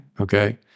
Okay